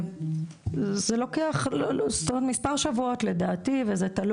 זה לוקח מספר שבועות לדעתי וזה גם